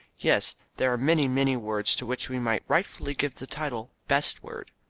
yes, there are many, many words to which we might rightfully give the title best word.